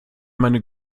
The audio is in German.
meine